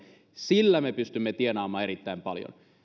sillä me pystymme tienaamaan erittäin paljon